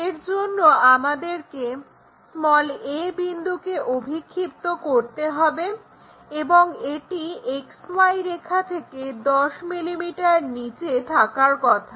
এরজন্য আমাদেরকে a বিন্দুকে অভিক্ষিপ্ত করতে হবে এবং এটি XY রেখা থেকে 10 mm নিচে থাকার কথা